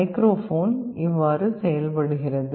microphone இவ்வாறு செயல்படுகிறது